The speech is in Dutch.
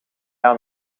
aan